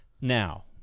Now